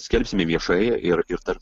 skelbsime viešai ir ir tarp